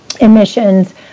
emissions